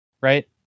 right